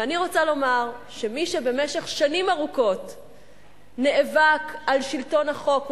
ואני רוצה לומר שמי שבמשך שנים ארוכות נאבק על שלטון החוק,